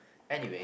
anyway